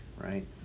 right